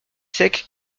sec